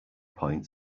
point